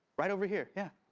right over here, yeah.